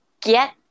get